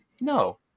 no